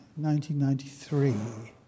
1993